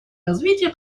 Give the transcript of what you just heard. развития